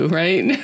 right